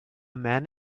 man